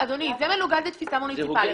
אדוני, זה מנוגד לתפיסה מוניציפלית.